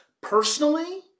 personally